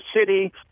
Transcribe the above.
City